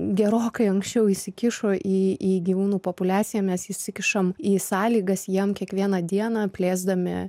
gerokai anksčiau įsikišo į į gyvūnų populiaciją mes įsikišam į sąlygas jiem kiekvieną dieną plėsdami